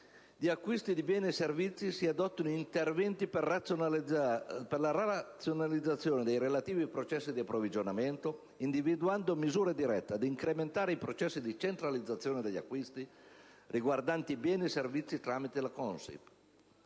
di acquisti di beni e servizi, si adottano interventi per la razionalizzazione dei relativi processi di approvvigionamento individuando misure dirette ad incrementare i processi di centralizzazione degli acquisti tramite la CONSIP.